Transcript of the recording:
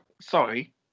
sorry